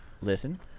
Listen